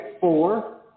four